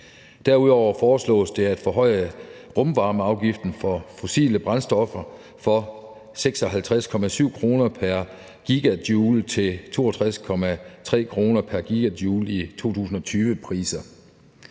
Derudover foreslås det at forhøje rumvarmeafgiften for fossile brændstoffer fra 56,7 kr. pr. GJ til 62,3 kr. pr. GJ i 2020-priser.